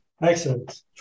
Excellent